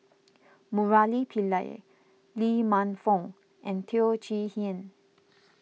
Murali Pillai Lee Man Fong and Teo Chee Hean